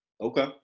Okay